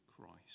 Christ